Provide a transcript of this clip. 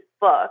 book